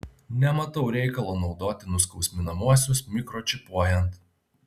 nematau reikalo naudoti nuskausminamuosius mikročipuojant